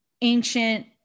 ancient